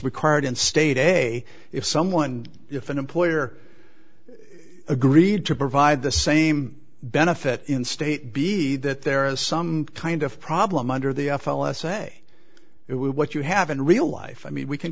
required in state a if someone if an employer agreed to provide the same benefit in state b that there is some kind of problem under the f l i say it what you have in real life i mean we can